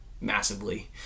massively